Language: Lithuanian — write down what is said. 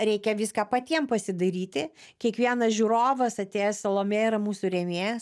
reikia viską patiem pasidaryti kiekvienas žiūrovas atėjęs salomėja yra mūsų rėmėjas